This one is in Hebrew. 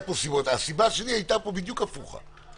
הסיבה שלי הייתה בדיוק הפוכה.